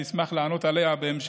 אני אשמח להמשיך ולענות,